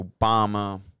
Obama